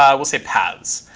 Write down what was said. um we'll say paths.